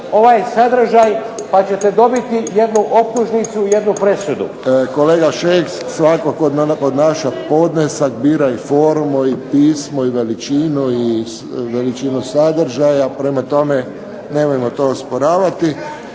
Kolega Šeks, svatko tko podnaša podnesak, bira i formu i pismo i veličinu i veličinu sadržaja, prema tome nemojmo to osporavati.